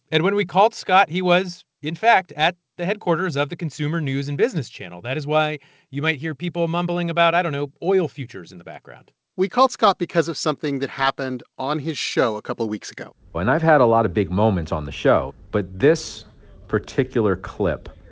and when we called scott, he was in fact at the headquarters of the consumer news and business channel. that is why you might hear people mumbling about i don't know oil futures in the background we called scott because of something that happened on his show a couple weeks ago well and i've had a lot of big moments on the show. but this particular clip